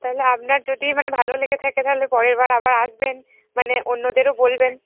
তাহলে আপনার যদি মানে ভালো লেগে থাকে তাহলে পরের বার আবার আসবেন মানে অন্যদেরও বলবেন